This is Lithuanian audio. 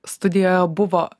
studijoje buvo